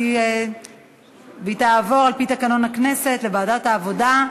והיא תעבור על-פי תקנון הכנסת לוועדת העבודה,